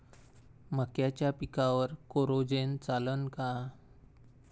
मक्याच्या पिकावर कोराजेन चालन का?